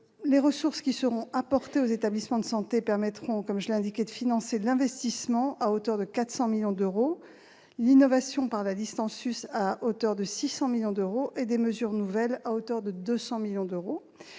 Les ressources qui seront apportées aux établissements de santé permettront de financer l'investissement à hauteur de 400 millions d'euros, l'innovation, par la « liste en sus », à hauteur de 600 millions d'euros et des mesures nouvelles à hauteur de 200 millions d'euros.